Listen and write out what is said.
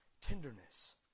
tenderness